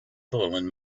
fallen